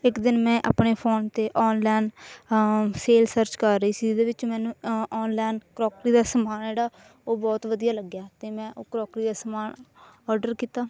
ਇੱਕ ਦਿਨ ਮੈਂ ਆਪਣੇ ਫੋਨ 'ਤੇ ਔਨਲਾਈਨ ਸੇਲ ਸਰਚ ਕਰ ਰਹੀ ਸੀ ਜਿਹਦੇ ਵਿੱਚ ਮੈਨੂੰ ਔਨਲਾਈਨ ਕ੍ਰੋਕਰੀ ਦਾ ਸਮਾਨ ਜਿਹੜਾ ਉਹ ਬਹੁਤ ਵਧੀਆ ਲੱਗਿਆ ਅਤੇ ਮੈਂ ਉਹ ਕ੍ਰੋਕਰੀ ਦਾ ਸਮਾਨ ਔਡਰ ਕੀਤਾ